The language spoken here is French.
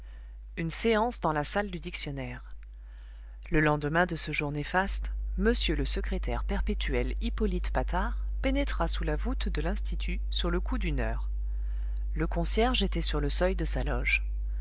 une séance dans la salle du dictionnaire le lendemain de ce jour néfaste m le secrétaire perpétuel hippolyte patard pénétra sous la voûte de l'institut sur le coup d'une heure le concierge était sur le seuil de sa loge